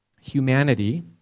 humanity